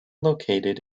located